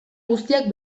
guztiak